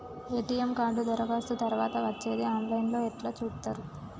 ATM card దరఖాస్తు తరువాత వచ్చేది ఆన్ లైన్ లో ఎట్ల చూత్తరు?